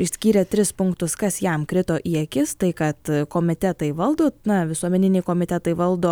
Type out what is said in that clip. išskyrė tris punktus kas jam krito į akis tai kad komitetai valdo na visuomeniniai komitetai valdo